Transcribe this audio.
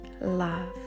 love